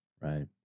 Right